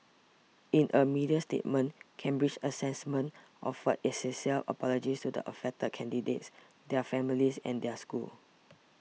in a media statement Cambridge Assessment offered its sincere apologies to the affected candidates their families and their schools